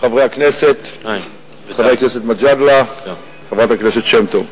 חברי הכנסת, חבר הכנסת מג'אדלה, חברת הכנסת שמטוב,